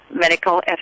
Medical